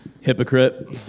Hypocrite